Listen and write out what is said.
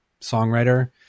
songwriter